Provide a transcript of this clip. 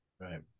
Right